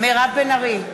מירב בן ארי,